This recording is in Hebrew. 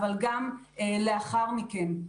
אבל גם לאחר מכן.